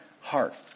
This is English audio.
heart